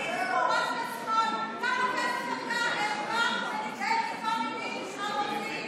שילכו רק לשמאל --- את לקחת כסף לנפגעות תקיפה מינית ---